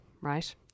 right